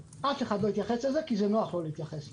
אף אחד לא יתייחס לזה כי נוח לא להתייחס לזה.